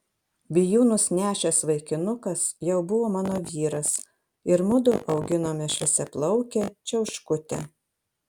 bijūnus nešęs vaikinukas jau buvo mano vyras ir mudu auginome šviesiaplaukę čiauškutę